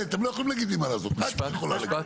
מילה.